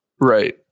Right